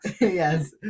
Yes